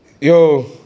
yo